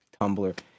Tumblr